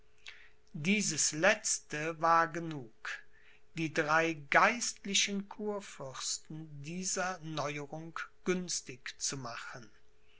dieses letzte war genug die drei geistlichen kurfürsten dieser neuerung günstig zu machen